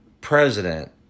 president